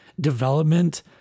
development